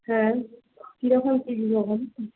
হ্যাঁ কিরকম কি রকম